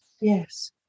Yes